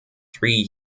three